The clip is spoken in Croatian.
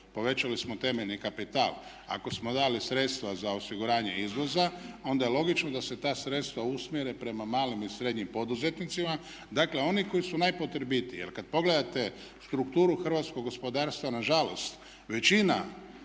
povećali smo temeljni kapital, ako smo dali sredstva za osiguranje izvoza onda je logično da se ta sredstva usmjere prema malim i srednjim poduzetnicima, dakle oni koji su najpotrebitiji. Jer kad pogledate strukturu hrvatskog gospodarstva nažalost većina